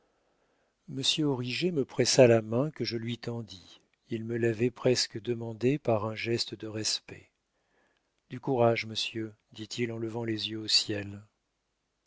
monsieur origet me pressa la main que je lui tendis il me l'avait presque demandée par un geste de respect du courage monsieur dit-il en levant les yeux au ciel